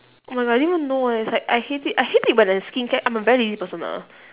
oh my god I didn't even know eh it's like I hate it I hate it when the skincare I'm a very lazy person ah